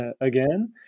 again